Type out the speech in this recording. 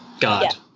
God